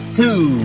two